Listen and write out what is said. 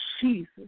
Jesus